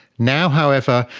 now however,